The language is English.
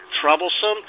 troublesome